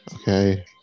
Okay